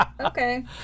Okay